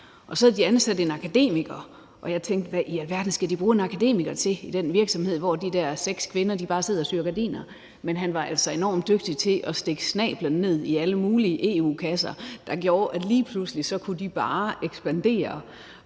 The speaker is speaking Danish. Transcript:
og så havde de ansat en akademiker, og jeg tænkte: Hvad i alverden skal de bruge en akademiker til i den virksomhed, hvor de der seks kvinder bare sidder og syr gardiner? Men han var enormt dygtig til at stikke snabelen ned i alle mulige EU-kasser, og der gjorde, at de lige pludselig bare kunne ekspandere